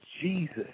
Jesus